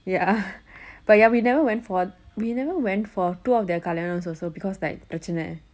ya but ya we never went for we never went for two of their kalyanam also because like prachanai